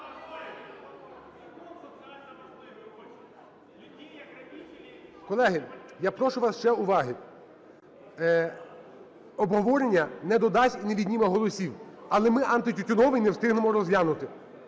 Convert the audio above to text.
Колеги, я прошу вас ще уваги. Обговорення не додасть і не відніме голосів, але ми антитютюновий не встигнемо розглянути.